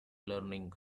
learning